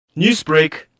Newsbreak